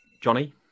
Johnny